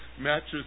matches